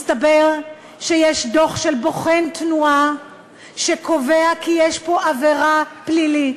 מסתבר שיש דוח של בוחן תנועה שקובע כי יש פה עבירה פלילית,